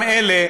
אלה